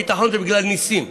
הביטחון זה בגלל ניסים,